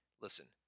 listen